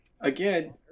again